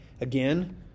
Again